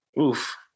Oof